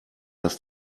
das